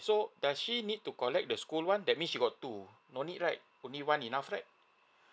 so does she need to collect the school one that means she got two no need right only one enough right